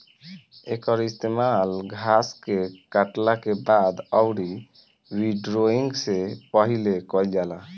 एकर इस्तेमाल घास के काटला के बाद अउरी विंड्रोइंग से पहिले कईल जाला